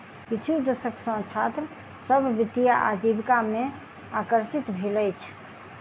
किछु दशक सॅ छात्र सभ वित्तीय आजीविका में आकर्षित भेल अछि